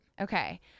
Okay